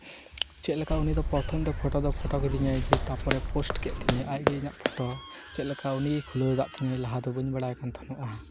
ᱪᱮᱫᱞᱮᱠᱟ ᱩᱱᱤᱫᱚ ᱯᱨᱚᱛᱷᱚᱢ ᱫᱚ ᱯᱷᱚᱴᱳ ᱫᱚ ᱯᱷᱚᱴᱳ ᱠᱤᱫᱤᱧᱟᱭ ᱡᱮ ᱛᱟᱯᱚᱨᱮ ᱯᱳᱥᱴ ᱠᱮᱫ ᱛᱤᱧᱟᱹᱭ ᱟᱡᱜᱮ ᱤᱧᱟᱹᱜ ᱯᱷᱚᱴᱳ ᱪᱮᱫᱞᱮᱠᱟ ᱩᱱᱤᱭ ᱠᱷᱩᱞᱟᱹᱣ ᱠᱟᱜ ᱛᱤᱧᱟᱹ ᱞᱟᱦᱟ ᱫᱚ ᱵᱟᱹᱧ ᱵᱟᱲᱟᱭ ᱠᱟᱱ ᱛᱟᱦᱮᱱᱚᱜᱼᱟ